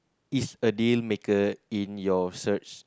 is a deal maker in your search